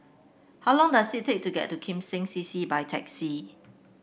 how long does it take to get to Kim Seng C C by taxi